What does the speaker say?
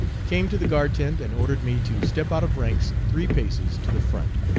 came to the guard tent and ordered me to step out of ranks three paces to the front,